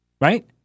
right